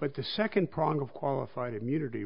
but the second prong of qualified immunity